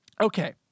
Okay